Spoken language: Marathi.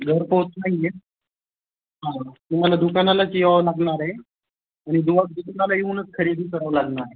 घरपोच नाही आहे हा तुम्हाला दुकानालाच यावं लागणार आहे आणि दुवा दुकानाला येऊनच खरेदी करावं लागणार